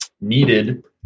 needed